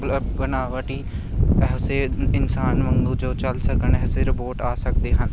ਬਣਾਵਟੀ ਐਸੇ ਇਨਸਾਨ ਵਾਂਗੂ ਜੋ ਚਲ ਸਕਣ ਐਸੇ ਰਬੋਟ ਆ ਸਕਦੇ ਹਨ